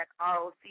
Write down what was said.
roc